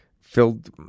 filled